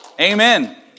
Amen